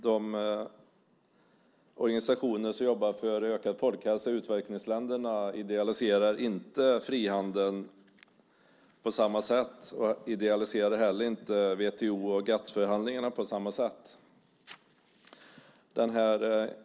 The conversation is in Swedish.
De organisationer som jobbar för ökad folkhälsa i utvecklingsländerna idealiserar inte frihandeln på samma sätt och idealiserar inte heller WTO och GATS-förhandlingarna på samma sätt.